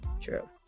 true